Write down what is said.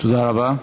תודה רבה.